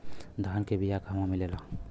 धान के बिया कहवा मिलेला?